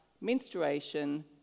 menstruation